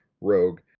rogue